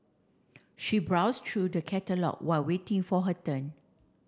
she browsed through the catalogue while waiting for her turn